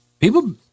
People